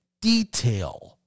detail